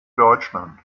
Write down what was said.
deutschland